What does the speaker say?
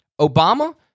Obama